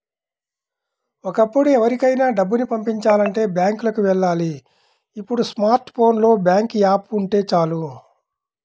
ఒకప్పుడు ఎవరికైనా డబ్బుని పంపిచాలంటే బ్యాంకులకి వెళ్ళాలి ఇప్పుడు స్మార్ట్ ఫోన్ లో బ్యాంకు యాప్ ఉంటే చాలు